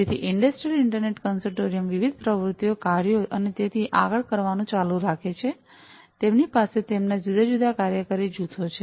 તેથી industrial internet consortium વિવિધ પ્રવૃત્તિઓ કાર્યો અને તેથી આગળ કરવાનું ચાલુ રાખે છે તેમની પાસે તેમના જુદા જુદા કાર્યકારી જૂથો છે